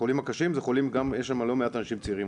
החולים הקשים, יש שם לא מעט אנשים צעירים.